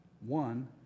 One